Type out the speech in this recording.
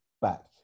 back